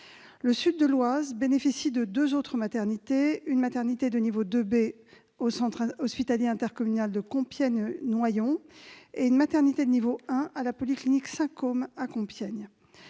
Le sud de l'Oise bénéficie de deux autres maternités : une, de niveau 2B, au centre hospitalier intercommunal de Compiègne-Noyon et une autre, de niveau 1, à la polyclinique Saint-Côme, à Compiègne.